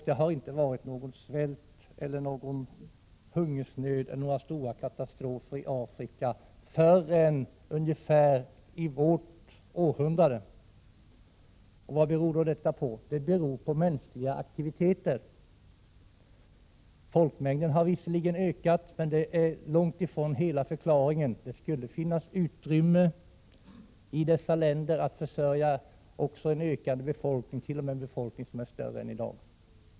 Det har inte förekommit någon svält, någon hungersnöd eller några stora katastrofer i Afrika förrän i vårt århundrade. Vad beror det på? Jo, det beror på mänskliga aktiviteter. Folkmängden har visserligen ökat, men det är långt ifrån hela förklaringen. I många av Afrikas länder skulle det finnas utrymme för att försörja en befolkning som t.o.m. vore större än i dag.